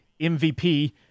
MVP